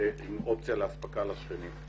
עם אופציה לאספקה לשכנים.